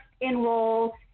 enroll